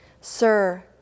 Sir